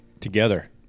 Together